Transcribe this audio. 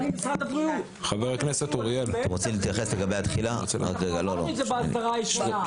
אתה ממשרד הבריאות --- אנחנו אמרנו את זה בהסדרה הראשונה.